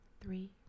three